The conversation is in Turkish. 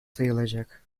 sayılacak